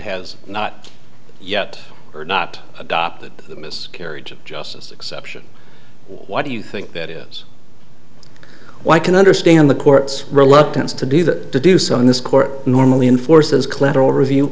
has not yet or not adopted this carriage of justice exception why do you think that is why i can understand the court's reluctance to do that do so in this court normally enforced as collateral review